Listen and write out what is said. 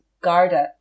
Garda